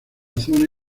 zona